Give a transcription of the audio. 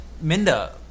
Minda